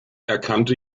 erkannte